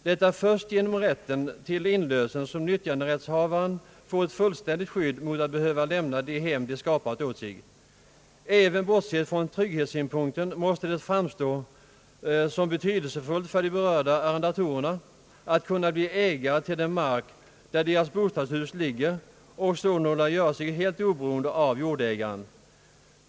Det är först genom rätten till inlösen som nyttjanderättshavarna får ett fullständigt skydd mot att behöva lämna det hem de skapat åt sig. Även bortsett från trygghetssynpunkten måste det framstå som betydelsefullt för de berörda arrendatorerna att kunna bli ägare till den mark där deras bostadshus ligger och sålunda göra sig helt oberoende av jordägaren.